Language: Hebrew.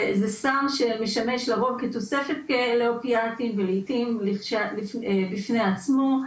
זה סם שמשמש לרוב כתוספת לאופיאטים ונחשב בפני עצמו,